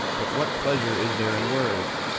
but what pleasure is there in words?